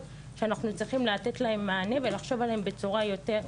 שאנחנו צריכים לתת להם מענה ולחשוב עליהם בצורה יותר יצירתית.